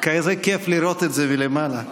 כיף לראות את זה מלמעלה.